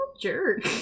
jerk